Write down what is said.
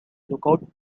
lookout